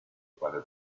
para